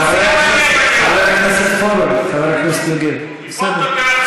חבר הכנסת פורר, חבר הכנסת יוגב, בסדר.